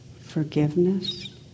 Forgiveness